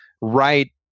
right